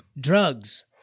drugs